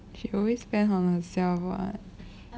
she always spend on herself [what]